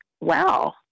Wow